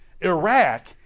Iraq